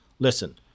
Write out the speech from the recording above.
Listen